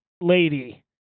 lady